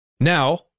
Now